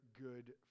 good